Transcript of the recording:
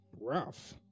rough